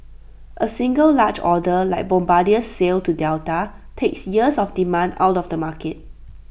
A single large order like Bombardier's sale to Delta takes years of demand out of the market